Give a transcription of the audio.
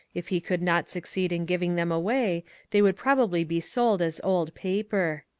if he could not succeed in giving them away they would probably be sold as old paper.